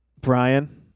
Brian